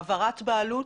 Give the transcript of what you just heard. העברת בעלות,